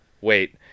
wait